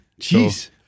Jeez